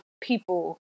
people